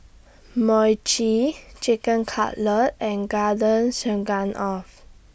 Mochi Chicken Cutlet and Garden Stroganoff